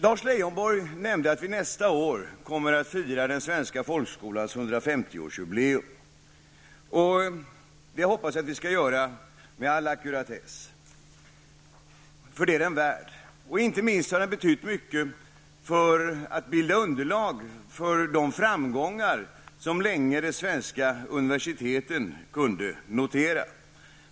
Lars Leijonborg nämnde att vi nästa år kommer att fira den svenska folkskolans 150-årsjubileum. Det hoppas jag att vi skall göra med all ackuratess, för det är den värd. Inte minst har den betytt mycket för att bilda underlag för de framgångar som de svenska universiteten länge kunde notera.